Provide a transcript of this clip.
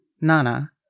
Nana